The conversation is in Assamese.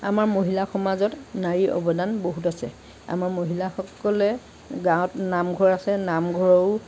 আমাৰ মহিলা সমাজত নাৰীৰ অৱদান বহুত আছে আমাৰ মহিলাসকলে গাঁৱত নামঘৰ আছে নামঘৰৰো